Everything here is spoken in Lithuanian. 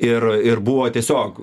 ir ir buvo tiesiog